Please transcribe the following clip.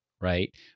Right